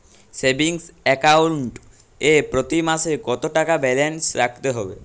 Savings account এ প্রতি মাসে কতো টাকা ব্যালান্স রাখতে হবে?